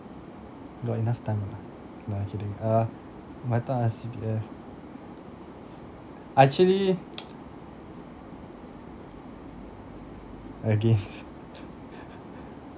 got enough time or not no I kidding uh my thought on C_P_F I actually against